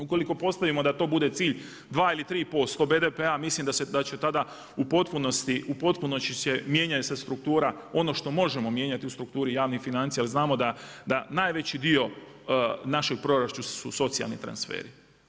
Ukoliko postavimo da to bude cilj 2 ili 3% BDP-a mislim da će tada u potpunosti, u potpunosti se mijenja struktura, ono što možemo mijenjati u strukturi javnih financija jer znamo da najveći dio naših proračuna su socijalni transferi.